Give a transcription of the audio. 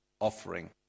offering